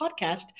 podcast